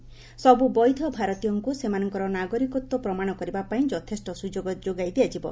ସବୁ ସବୁ ବୈଧ ଭାରତୀୟଙ୍କୁ ସେମାନଙ୍କର ନାଗରିକତ୍ୱ ପ୍ରମାଣ କରିବାପାଇଁ ଯଥେଷ୍ଟ ସୁଯୋଗ ଯୋଗାଇ ଦିଆଯିବ